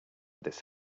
this